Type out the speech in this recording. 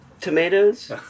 tomatoes